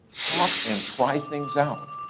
talk and try things out.